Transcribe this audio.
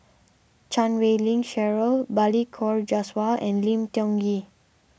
Chan Wei Ling Cheryl Balli Kaur Jaswal and Lim Tiong Ghee